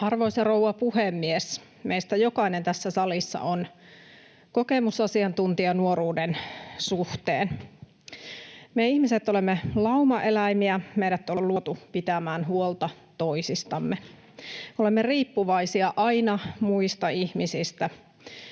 Arvoisa rouva puhemies! Meistä jokainen tässä salissa on kokemusasiantuntija nuoruuden suhteen. Me ihmiset olemme laumaeläimiä. Meidät on luotu pitämään huolta toisistamme. Me olemme riippuvaisia aina muista ihmisistä.